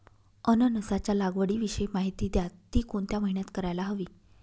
अननसाच्या लागवडीविषयी माहिती द्या, ति कोणत्या महिन्यात करायला हवी?